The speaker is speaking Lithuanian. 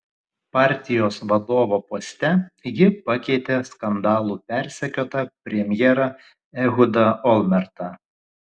partijos vadovo poste ji pakeitė skandalų persekiotą premjerą ehudą olmertą